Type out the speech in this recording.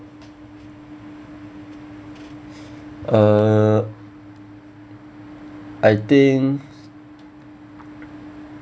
uh I think